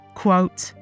quote